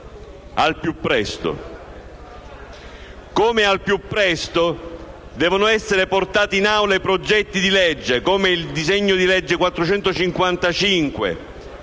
al più presto. Come al più presto devono essere portati in Aula i progetti di legge, come il disegno di legge n. 455,